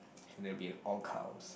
so they'll be all cows